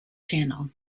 channel